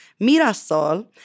mirasol